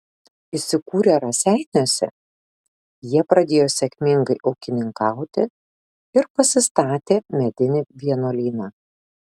įsikūrę raseiniuose jie pradėjo sėkmingai ūkininkauti ir pasistatė medinį vienuolyną